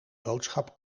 boodschap